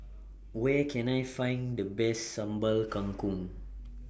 Where Can I Find The Best Sambal Kangkong